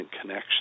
connection